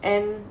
and